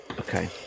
Okay